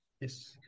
Yes